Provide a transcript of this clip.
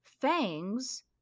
fangs